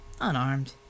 unarmed